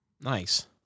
nice